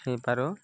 ହେଇପାରୁ